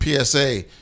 PSA